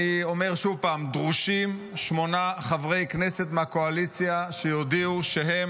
אני אומר שוב: דרושים שמונה חברי כנסת מהקואליציה שיודיעו שהם